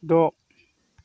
द'